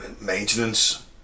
Maintenance